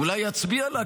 אולי יצביע לה,